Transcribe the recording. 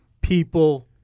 people